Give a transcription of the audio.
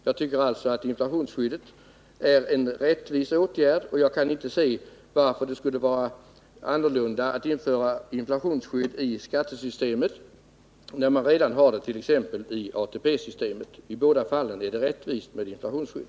Jag tycker alltså att inflationsskyddet är en rättvis åtgärd, och jag kan inte förstå varför man inte kan införa inflationsskydd i skattesystemet när vi redan har det i t.ex. ATP. I båda fallen är det rättvist med inflationsskydd.